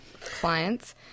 clients